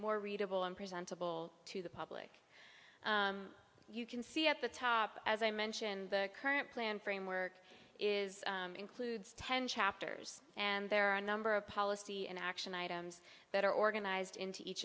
more readable and presentable to the public you can see at the top as i mentioned the current plan framework is includes ten chapters and there are a number of policy and action items that are organized into each